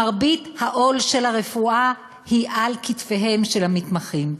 מרבית העול של הרפואה הוא על כתפיהם של המתמחים.